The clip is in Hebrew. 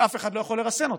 שאף אחד לא יכול לרסן אותה,